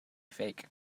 fake